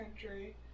country